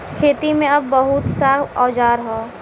खेती में अब बहुत सा औजार हौ